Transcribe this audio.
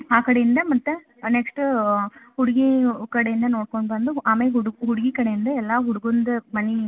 ಆ ಕಡೆಯಿಂದ ಮತ್ತೆ ನೆಕ್ಸ್ಟ್ ಹುಡುಗಿ ಕಡಿಯಿಂದ ನೋಡ್ಕೊಂಡ್ ಬಂದು ಆಮೇಲೆ ಹುಡ್ ಹುಡುಗಿ ಕಡೆಯಿಂದ ಎಲ್ಲ ಹುಡ್ಗುಂದು ಮನೆ